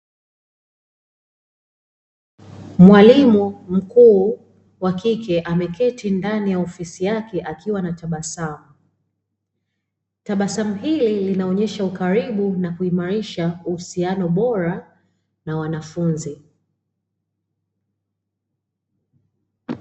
Mwalimu mkuu wa kike ameketi ndani ya ofisi yake, akiwa na tabasamu. Tabasamu hili linaonyesha ukaribu na kuimarisha uhusiano bora na wanafunzi.